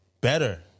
better